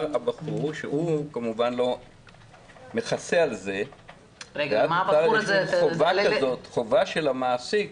הבחור שהוא כמובן לא מכסה על זה- -- חובה של המעסיק,